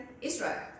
Israel